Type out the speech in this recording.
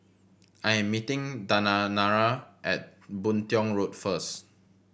I am meeting Dayanara at Boon Tiong Road first